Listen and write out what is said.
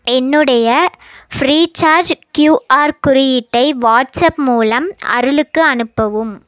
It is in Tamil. என்னுடைய ஃப்ரீ சார்ஜ் கியூஆர் குறியீட்டை வாட்ஸ்அப் மூலம் அருளுக்கு அனுப்பவும்